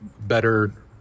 better